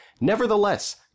nevertheless